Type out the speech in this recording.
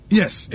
yes